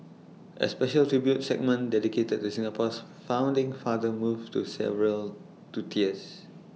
A special tribute segment dedicated to Singapore's founding father moved to several to tears